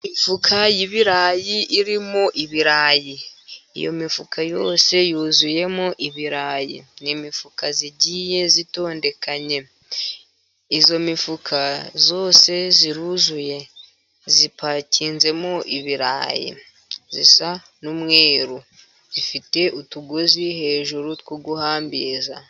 Imifuka y'ibirayi irimo ibirayi, iyo mifuka yose yuzuyemo ibirayi. Ni imifuka igiye itondekanye, iyo mifuka yose iruzuye ipakinzemo ibirayi, isa n'umweru ifite utugozi hejuru two guhambiza.